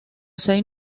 seis